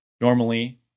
normally